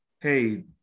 hey